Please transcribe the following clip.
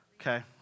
Okay